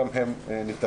גם הם נבדקים,